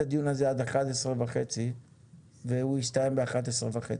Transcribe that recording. הדיון הזה עד 11:30 והוא יסתיים ב-11:30.